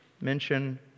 mention